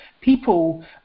People